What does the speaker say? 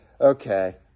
okay